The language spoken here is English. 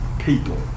people